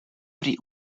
pri